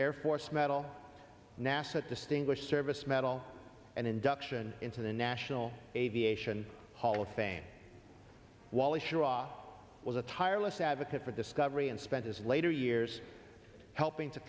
air force medal nasa distinguished service medal and induction into the national aviation hall of fame while he sure was a tireless advocate for discovery and spent his later years helping to